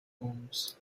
homes